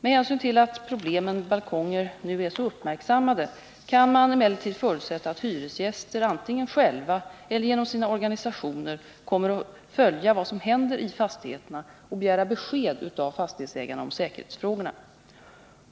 Med hänsyn till att problemen med balkonger nu är så uppmärksammade, kan man emellertid förutsätta att hyresgäster, antingen själva eller genom sina organisationer, kommer att följa vad som händer i fastigheterna och begära besked av fastighetsägarna om säkerhetsfrågorna.